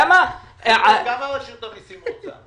כמה רשות המיסים רוצה?